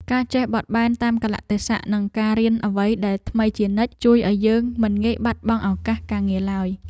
ការចេះបត់បែនតាមកាលៈទេសៈនិងការរៀនអ្វីដែលថ្មីជានិច្ច ជួយឱ្យយើងមិនងាយបាត់បង់ឱកាសការងារឡើយ។